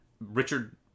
Richard